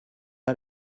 pas